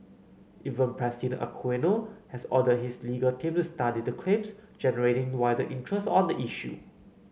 even President Aquino has ordered his legal team to study the claims generating wider interest on the issue